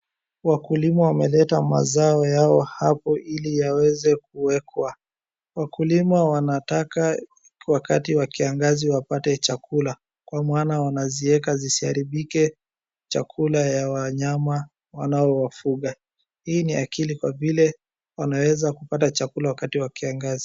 Wakulima wameleta mazao yao hapo ili yaweze kuwekwa. Wakulima wanataka wakati wa kiangazi wapate chakula kwa maana wanazieka zisiharibike chakula ya wanyama wanao wafuga. Hii ni akili kwa vile wanaweza kupata chakula wakati wa kiangazi.